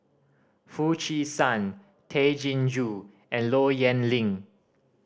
Foo Chee San Tay Chin Joo and Low Yen Ling